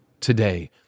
today